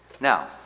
Now